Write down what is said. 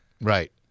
Right